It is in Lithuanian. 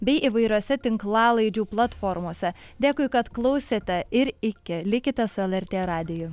bei įvairiose tinklalaidžių platformose dėkui kad klausėte ir iki likite su lrt radiju